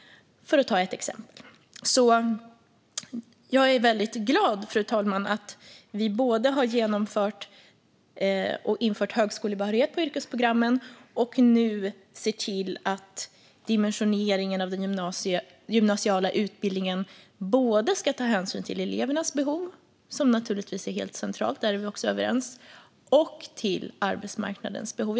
Jag är alltså väldigt glad, fru talman, över att vi både har infört högskolebehörighet för yrkesprogrammen och nu ser till att dimensioneringen av den gymnasiala utbildningen tar hänsyn både till elevernas behov, vilket naturligtvis är helt centralt - där är vi också överens - och till arbetsmarknadens behov.